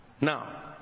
Now